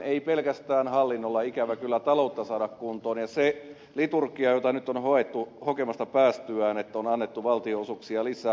ei pelkästään hallinnolla ikävä kyllä taloutta saada kuntoon eikä sillä liturgialla jota nyt on hoettu hokemasta päästyä että on annettu valtionosuuksia lisää